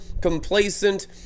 complacent